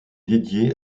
dédiée